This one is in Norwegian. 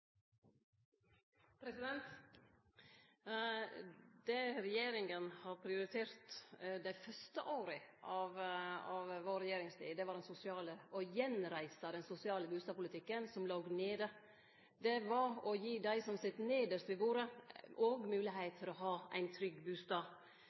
Det regjeringa prioriterte dei fyrste åra av regjeringstida, var å gjenreise den sosiale bustadpolitikken, som låg nede, og å gi også dei som sit nedst ved bordet,